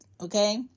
okay